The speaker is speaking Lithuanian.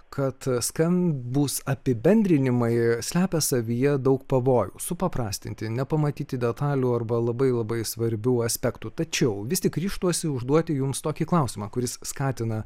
kad skambūs apibendrinimai slepia savyje daug pavojų supaprastinti nepamatyti detalių arba labai labai svarbių aspektų tačiau vis tik ryžtuosi užduoti jums tokį klausimą kuris skatina